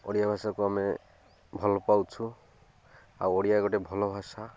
ଓଡ଼ିଆ ଭାଷାକୁ ଆମେ ଭଲ ପାଉଛୁ ଆଉ ଓଡ଼ିଆ ଗୋଟେ ଭଲ ଭାଷା